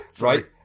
Right